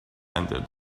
ended